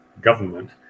government